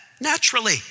naturally